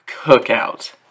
cookout